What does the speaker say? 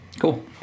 cool